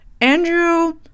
Andrew